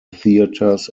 theatres